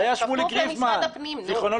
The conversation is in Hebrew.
היה שמוליק ריפמן ז"ל.